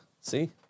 See